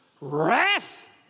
wrath